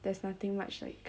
there's nothing much like